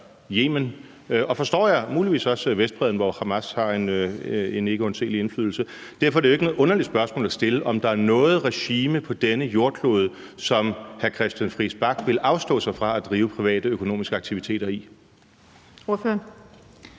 Yemen og muligvis også Vestbredden, forstår jeg, hvor Hamas har en ikke uanselig indflydelse. Derfor er det jo ikke noget underligt spørgsmål at stille, om derer noget regime på denne jordklode, som hr. Christian Friis Bach vil afstå sig fra at drive private økonomiske aktiviteter i.